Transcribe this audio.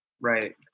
Right